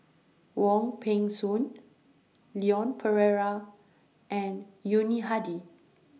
Wong Peng Soon Leon Perera and Yuni Hadi